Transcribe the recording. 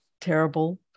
terrible